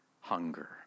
hunger